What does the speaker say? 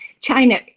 China